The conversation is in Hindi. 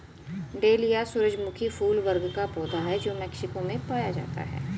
डेलिया सूरजमुखी फूल वर्ग का पौधा है जो मेक्सिको में पाया जाता है